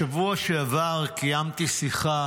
אדוני היושב-ראש, בשבוע שעבר קיימתי שיחה